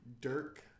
Dirk